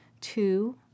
Two